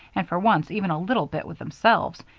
and for once even a little bit with themselves,